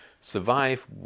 Survive